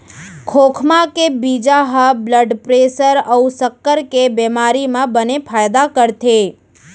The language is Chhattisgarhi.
खोखमा के बीजा ह ब्लड प्रेसर अउ सक्कर के बेमारी म बने फायदा करथे